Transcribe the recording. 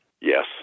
Yes